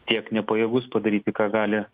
tiek nepajėgus padaryti ką gali